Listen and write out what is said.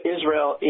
Israel